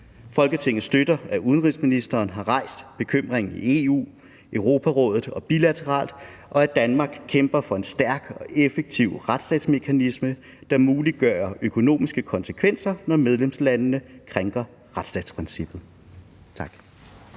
Folketinget støtter, at udenrigsministeren har rejst bekymringen i EU, Europarådet og bilateralt, og at Danmark kæmper for en stærk og effektiv retsstatsmekanisme, der muliggør økonomiske konsekvenser, når medlemslande krænker retsstatsprincippet«.